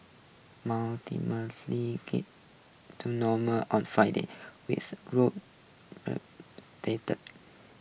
to normal on Friday with roads